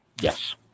Yes